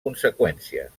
conseqüències